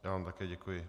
Já vám také děkuji.